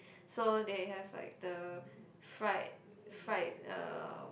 so they have like the fried fried uh